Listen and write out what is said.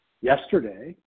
Yesterday